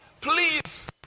please